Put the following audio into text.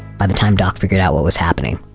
by the time doc figured out what was happening,